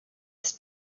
his